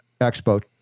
Expo